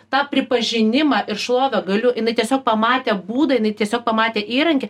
tą pripažinimą ir šlovę galiu jinai tiesiog pamatė būdą jinai tiesiog pamatė įrankį